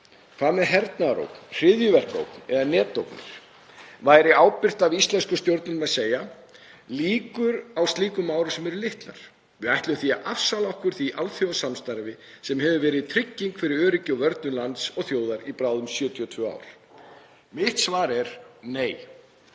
Hvað með hernaðarógn, hryðjuverkaógn eða netógnir? Væri ábyrgt af íslenskum stjórnvöldum að segja: Líkur á slíkum árásum eru litlar, við ætlum því að afsala okkur því alþjóðasamstarfi sem hefur verið trygging fyrir öryggi og vörnum lands og þjóðar í bráðum 72 ár? Mitt svar er: Nei.